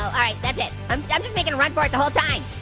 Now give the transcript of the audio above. so alright that's it. i'm i'm just making a run for it the whole time.